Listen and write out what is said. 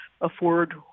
afford